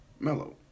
mellow